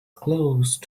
close